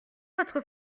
votre